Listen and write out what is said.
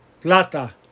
plata